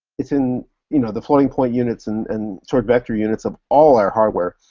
it's in you know the floating-point units and and trivector units of all our hardware.